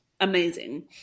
amazing